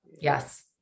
yes